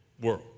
world